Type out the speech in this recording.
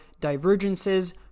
divergences